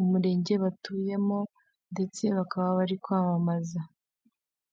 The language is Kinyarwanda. umurenge batuyemo ndetse bakaba bari kwamamaza.